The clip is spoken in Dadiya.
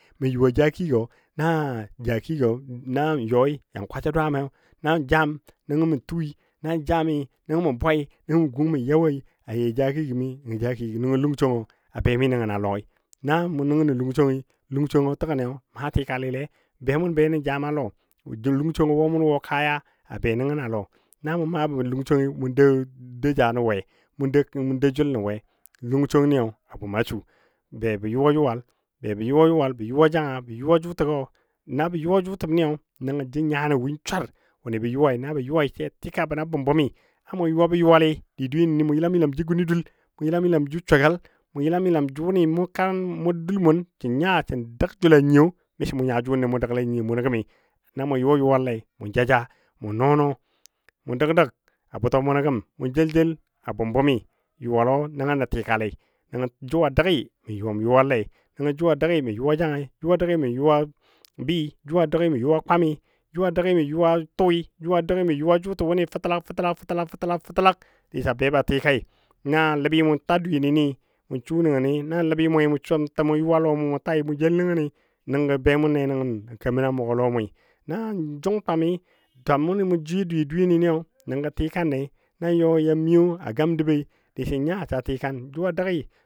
mə yuwa jaki gɔ na jaki na yɔi yan kwasa dwaami na jam nəngɔ mə tui na jami nəngɔ mə bwai nəngɔ mə gung mə ya woi yee jakigɔ gəmi nəngɔ lunchongɔ a bemi nən a lɔi na mu nəngnɔ lunchongi, lungchongɔ təgən maa tikalile be mʊn be nə jama lɔ lungchongɔ wɔ mʊn wɔ kaya a be nəngən a lɔ, namu maa bə lunchongi mʊ dou dou ja nə we, dou jəl nən we lungchongi a bʊma su be bə yuwa yuwal bə yuwa janga bə yuwa jʊtəgɔ nabə yuwa jətəni nəngɔ jə nyanɔ win swar wʊnɨ bə yuwai nabə yuwai sa tika bəna bʊm bʊmi namu yuwa bɔ yuwali di dweyeni mʊ yəlam jə guni dul, yəlam ja shugal, mʊ yəlam yəlam jʊnɨ sən nya sə dəg jəl a nyiyo, miso mʊ nya jʊnɨle mʊ dəgle nyiyo munɔ gəmi na yuwa yuwal lei mu ja ja mu nɔ nɔ mu dəg dəg a bʊtɔ mʊnɔ gəm mʊ jel jel a bʊm bʊmi yuwalo nəng nə tikali nəngo jʊ dəgi mə yuwa yuwal le jʊ a dəgi mə yuwa jangai, jʊ a bwɨ mə yuwa bɨɨ, jʊ a bwɨ mɔ yuwa kwami, jʊ a bwɨ mɔ yuwa tui, jʊ a bwɨ mə yuwa kanjəlɔ fətəlag fətəlag fətəg dasi ba tikai na ləbi mʊ ta dweyeni mʊ su nəngəni nan ləbi mwe mu ta mu jəl nənni nəngɔ be mʊnle kemən a mʊgɔ lɔ mui, nan jung twami twamni mu jweyo dweyeni nəngɔ tikanne yɔ yan miyo a gam dəbɔi disə nya sa tikan.